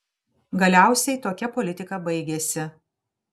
galiausiai tokia politika baigėsi